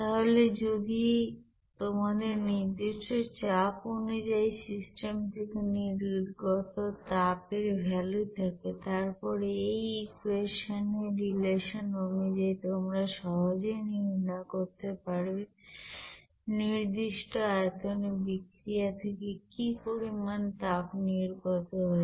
তাহলে যদি তোমাদের নির্দিষ্ট চাপ অনুযায়ী সিস্টেম থেকে নির্গত তাপ এর ভ্যালু থাকে তারপর এই ইকুয়েশনের রিলেশন অনুযায়ী তোমরা সহজেই নির্ণয় করতে পারবে নির্দিষ্ট আয়তনে বিক্রিয়া থেকে কি পরিমান তাপ নির্গত হচ্ছে